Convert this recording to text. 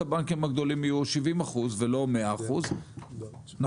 הבנקאים הגדולים יהיו 70% ולא 100%. אנחנו לא ארה"ב.